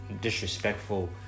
disrespectful